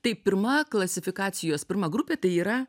tai pirma klasifikacijos pirma grupė tai yra